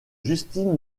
justine